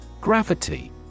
Gravity